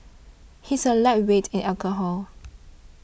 he is a lightweight in alcohol